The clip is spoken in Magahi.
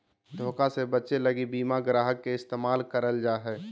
धोखा से बचे लगी बीमा ग्राहक के इस्तेमाल करल जा हय